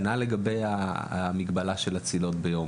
כנ"ל לגבי המגבלה של הצלילות ביום.